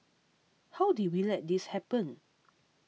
how did we let this happen